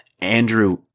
Andrew